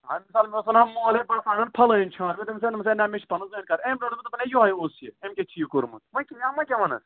آ مثالہٕ مےٚ اوس ونان مول ہے بہٕ ہسا انَن فَلٲنۍ چھان ہے دوٚپُس دوٚپُس ہے نہَ مےٚ چھُ پنُن زٲنۍکار أمۍ دوٚپ دوٚپُن ہے یِہےَ اوس یہِ أمۍ کیاہ چھُ یی کوٚرمُت وۅنۍ وۅنۍ کیٛاہ وَنَس